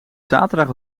zaterdag